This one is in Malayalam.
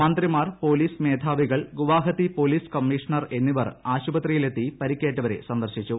മന്ത്രിമാർ പൊലീസ് മേധാവികൾ ഗുവാഹത്തി പൊലീസ് കമ്മീഷണർ എന്നിവർ ആശുപത്രിയിൽ എത്തി പരിക്കേറ്റവരെ സന്ദർശിച്ചു